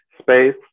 space